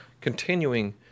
continuing